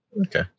Okay